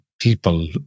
people